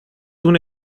una